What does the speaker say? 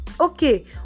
Okay